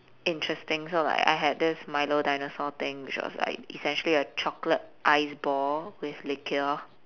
interesting so like I had this milo dinosaur thing which was like essentially a chocolate ice ball with liquor